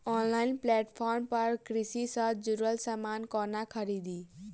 Online platform पर कृषि सँ जुड़ल समान कोना खरीदी?